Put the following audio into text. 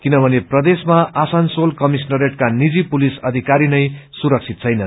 जुन प्रदेशमा आसनसेल कमिश्नरेटका निजी पुलिस अधिकरी नै सुरक्षित छैन